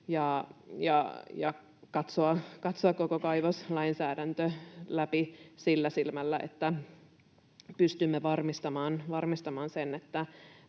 ja katsoa koko kaivoslainsäädäntö läpi sillä silmällä, että pystymme varmistamaan sen,